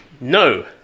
no